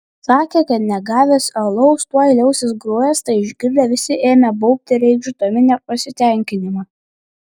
sakė kad negavęs alaus tuoj liausis grojęs tai išgirdę visi ėmė baubti reikšdami nepasitenkinimą